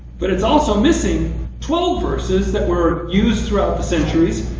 but it's also missing twelve verses that were used throughout the centuries,